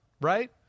right